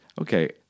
okay